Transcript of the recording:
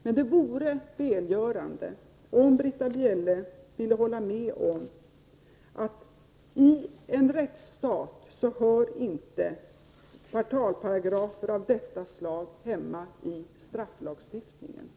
Men det vore välgörande om Britta Bjelle ville hålla med om att i ett rättssamhälle hör inte portalparagrafer av detta slag hemma i strafflagstiftningen.